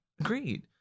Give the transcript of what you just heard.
Agreed